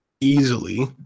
easily